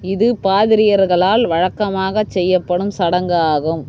இது பாதிரியார்களால் வழக்கமாகச் செய்யப்படும் சடங்கு ஆகும்